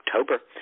October